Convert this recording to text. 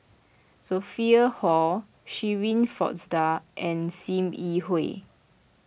Sophia Hull Shirin Fozdar and Sim Yi Hui